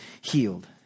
healed